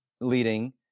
leading